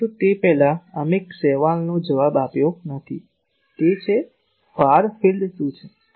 પરંતુ તે પહેલાં અમે એક સવાલનો જવાબ આપ્યો નથી તે છે ફાર ફિલ્ડ શું છે